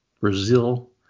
Brazil